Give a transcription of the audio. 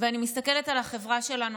ואני מסתכלת על החברה שלנו,